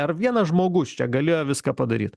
ar vienas žmogus čia galėjo viską padaryt